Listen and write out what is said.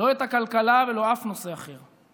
לא את הכלכלה ולא שום נושא אחר.